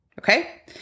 okay